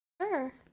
Sure